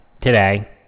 today